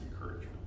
encouragement